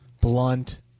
blunt